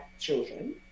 children